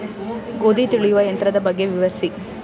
ಗೋಧಿ ತುಳಿಯುವ ಯಂತ್ರದ ಬಗ್ಗೆ ವಿವರಿಸಿ?